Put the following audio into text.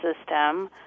system